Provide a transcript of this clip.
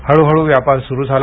हळू हळू व्यापार सुरू झाला